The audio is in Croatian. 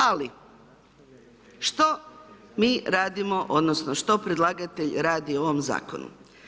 Ali, što mi radimo odnosno, što predlagatelj radi u ovom Zakonu?